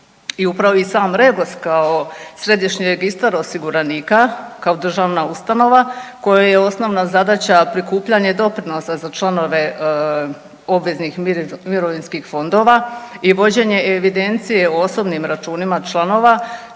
I upravo je i sam REGOS kao središnji registar osiguranika, kao državna ustanova kojoj je osnovna zadaća prikupljanje doprinosa za članove obveznih mirovinskih fondova je vođenje evidencije o osobnim računima članova, čini